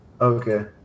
okay